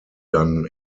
dann